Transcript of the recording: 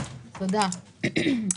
בבקשה.